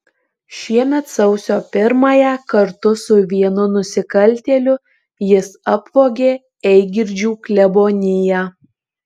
šiemet sausio pirmąją kartu su vienu nusikaltėliu jis apvogė eigirdžių kleboniją